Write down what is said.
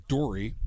Dory